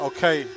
Okay